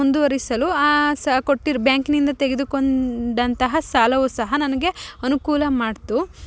ಮುಂದುವರಿಸಲು ಸಹ ಕೊಟ್ಟಿರೊ ಬ್ಯಾಂಕ್ನಿಂದ ತೆಗೆದುಕೊಂಡಂತಹ ಸಾಲವು ಸಹ ನನಗೆ ಅನುಕೂಲ ಮಾಡ್ತು